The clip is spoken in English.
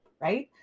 Right